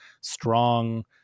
strong